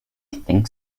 think